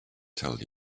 tell